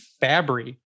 Fabry